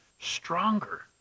stronger